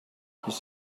this